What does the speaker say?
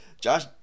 josh